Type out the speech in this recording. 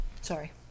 sorry